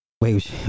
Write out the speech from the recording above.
Wait